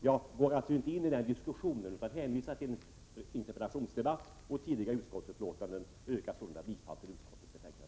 Jag går alltså inte in i den diskussionen utan hänvisar till interpellationsde 7 batten samt tidigare utskottsbetänkanden. Och än en gång yrkar jag bifall till utskottets hemställan.